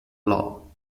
law